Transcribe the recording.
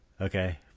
Okay